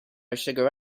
sugar